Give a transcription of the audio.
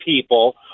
people